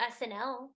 SNL